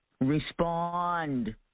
respond